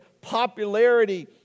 popularity